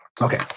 Okay